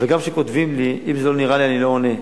וגם כשכותבים לי, אם זה לא נראה לי אני לא עונה.